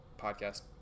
podcast